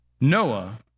Noah